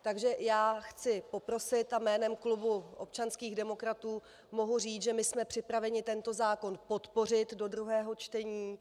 Takže já chci poprosit a jménem klubu občanských demokratů mohu říct, že my jsme připraveni tento zákon podpořit do druhého čtení.